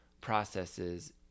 processes